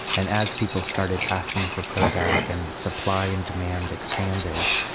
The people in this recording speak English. and as people started asking for prozac and supply and demand expanded,